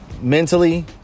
mentally